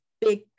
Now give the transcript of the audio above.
big